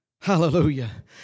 Hallelujah